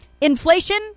Inflation